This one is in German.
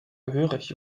gehörig